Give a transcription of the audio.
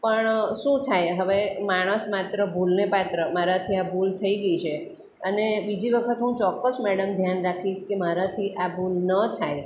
પણ શું થાય હવે માણસ માત્ર ભૂલને પાત્ર મારાથી આ ભૂલ થઈ ગઈ છે અને બીજી વખત હું ચોક્કસ મેડમ ધ્યાન રાખીશ કે મારાથી આ ભૂલ ન થાય